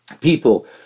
people